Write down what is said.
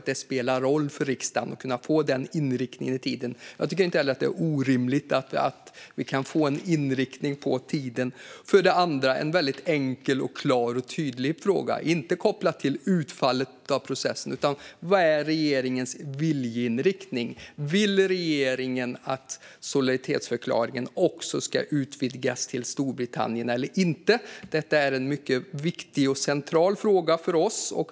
Det spelar roll för riksdagen om man kan få den indikationen när det gäller tiden. Jag tycker inte att det är orimligt. För det andra har jag en väldigt enkel, klar och tydlig fråga som inte är kopplad till utfallet av processen. Vad är regeringens viljeinriktning? Vill regeringen att solidaritetsförklaringen också ska utvidgas till Storbritannien eller inte? Detta är en mycket viktig och central fråga för oss.